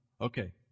Okay